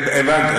הבנתי.